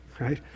Right